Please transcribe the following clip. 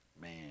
Man